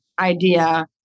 idea